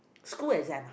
school exam ah